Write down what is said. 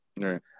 right